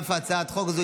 אף הצעת חוק זו,